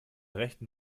rechten